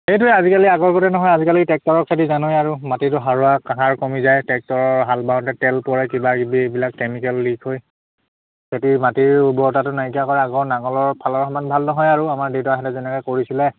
সেইটোৱে আজিকালি আগৰগতে নহয় আজিকালি ট্ৰেক্টৰৰ খেতি জানই আৰু মাটিটো সাৰুৱা সাৰ কমি যায় ট্ৰেক্টৰৰ হাল বাওঁতে তেল পৰে কিবাকিবি এইবিলাক কেমিকেল লিক হৈ খেতিমাটিৰো উৰ্বৰতাটো নাইকিয়া কৰে আগৰ নাঙলৰ ফালৰ সমান ভাল নহয় আৰু আমাৰ দেউতাহঁতে যেনেকৈ কৰিছিলে